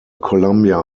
columbia